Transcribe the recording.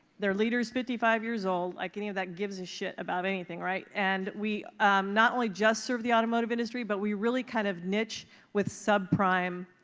their leader's fifty five years old, like any of that gives a shit about anything, right? and we not only just serve the automotive industry, but we really kind of niche with subprime